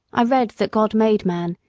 i read that god made man,